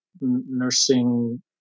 nursing